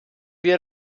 wir